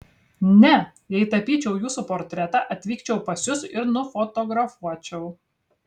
ne jei tapyčiau jūsų portretą atvykčiau pas jus ir nufotografuočiau